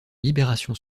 libération